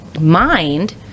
mind